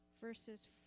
verses